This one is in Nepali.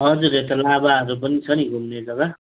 हजुर यता लाभाहरू पनि छ नि घुम्ने जग्गा